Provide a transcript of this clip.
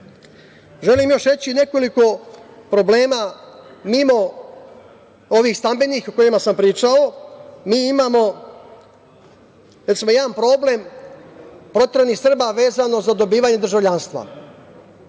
još reći nekoliko problema mimo ovih stambenih o kojima sam pričao. Mi imamo, recimo jedan problem, proteranih Srba vezano za dobijanje državljanstva.